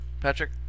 Patrick